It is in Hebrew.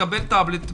תקבל טאבלט,